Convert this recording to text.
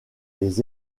les